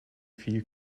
viel